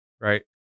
Right